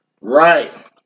right